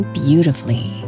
beautifully